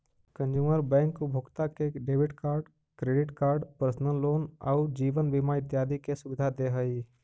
consumer bank उपभोक्ता के debit card, credit card, personal loan आउ जीवन बीमा इत्यादि के सुविधा दे हइ